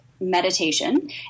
meditation